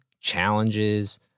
challenges